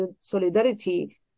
solidarity